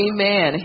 Amen